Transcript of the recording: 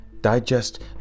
Digest